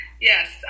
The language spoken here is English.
Yes